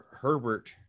Herbert